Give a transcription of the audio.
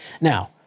Now